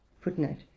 footnote